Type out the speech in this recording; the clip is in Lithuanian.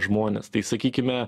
žmonės tai sakykime